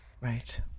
Right